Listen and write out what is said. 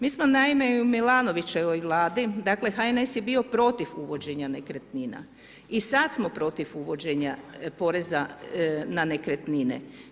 Mi smo naime i u Milanovićevoj Vladi, dakle HNS je bio protiv uvođenja nekretnina i sada smo protiv uvođenja poreza na nekretnine.